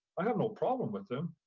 i have no problem with them.